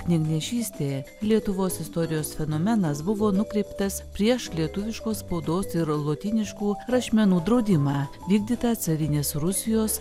knygnešystė lietuvos istorijos fenomenas buvo nukreiptas prieš lietuviškos spaudos ir lotyniškų rašmenų draudimą vykdytą carinės rusijos